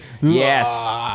Yes